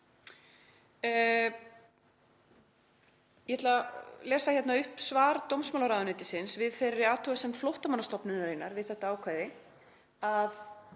Ég ætla að lesa hér upp svar dómsmálaráðuneytisins við þeirri athugasemd Flóttamannastofnunarinnar við þetta ákvæði að